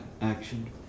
action